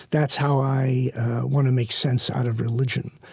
that's how i want to make sense out of religion.